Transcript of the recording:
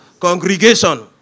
congregation